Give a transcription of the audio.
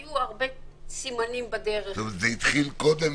היו הרבה סימנים בדרך --- זאת אומרת שזה התחיל קודם,